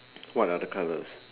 what are the colours